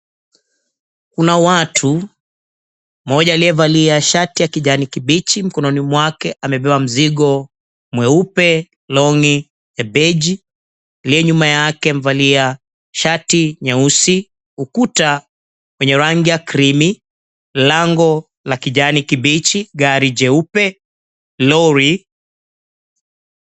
Kuna watu. Mmoja aliyevalia shati ya kijani kibichi, mikononi mwake amebeba mzigo mweupe, longi ya beji . Aliye nyuma yake mvalia shati nyeusi, ukuta ya rangi ya crimi , lango la kijani kibichi, gari jeupe. Lori.